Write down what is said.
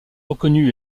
reconnus